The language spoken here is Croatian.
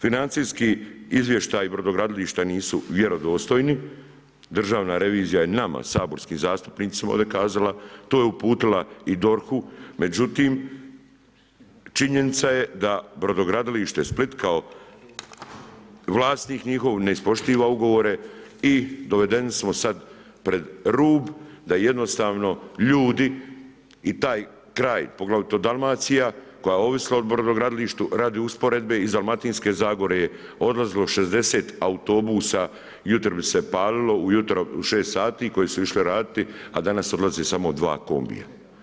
Financijski izvještaj brodogradilišta nisu vjerodostojni, državna revizija je nama, saborskim zastupnicima ovdje kazala, to je uputila i DORH-u, međutim, činjenica je da Brodogradilišne Split, kao vlasnik njihov ne ispoštiva ugovore i dovedeni smo sad pred rub da jednostavno ljudi i taj kraj poglavito Dalmacija, koja je ovisila o brodogradilištu radi usporedbe iz Dalmatinske zagore je odlazilo 60 autobusa, jutro bi se palilo, u jutro, 6 sati, koji su išli raditi, a danas odlaze samo 2 kombija.